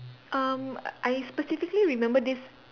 um I specifically remember this